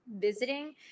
visiting